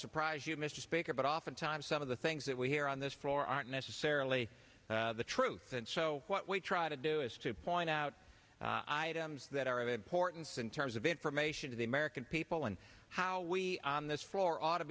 surprise you mr speaker but oftentimes some of the things that we hear on this floor aren't necessarily the truth and so what we try to do is to point out items that are of importance in terms of information to the american people and how we on this floor ought to